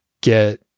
get